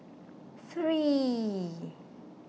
three